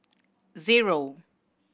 zero